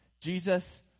Jesus